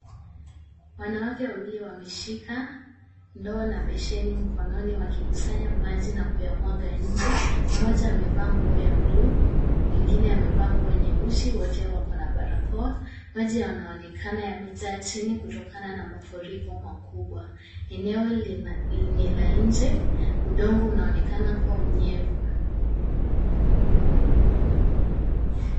Wanawake wawili wameshika ndoo na besheni mkononi wakikusanya maji na kuyamwaga nje. Mmoja amevaa nguo ya bluu, mwingine amevaa nguo nyeusi, wote wako na barakoa. Maji yanaonekana yamejaa chini kutokana na mafuriko makubwa. Eneo ni la nje, udongo unaonekana kuwa unyevu.